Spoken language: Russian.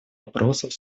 вопросов